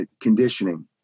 conditioning